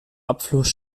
abfluss